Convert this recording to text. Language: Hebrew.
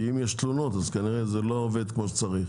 כי אם יש תלונות כנראה שזה לא עובד כמו שצריך.